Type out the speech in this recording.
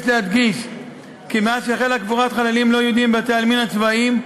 יש להדגיש כי מאז החלה קבורת חללים לא-יהודים בבתי-העלמין הצבאיים,